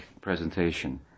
presentation